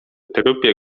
trupie